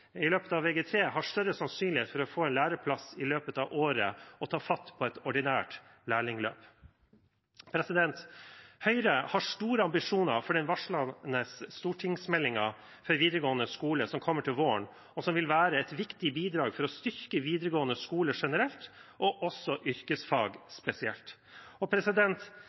i løpet av Vg3, har større sannsynlighet for å få en læreplass i løpet av året og ta fatt på et ordinært lærlingløp. Høyre har store ambisjoner for den varslede stortingsmeldingen for videregående skole som kommer til våren, og som vil være et viktig bidrag for å styrke videregående skole generelt, og yrkesfag spesielt.